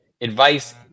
advice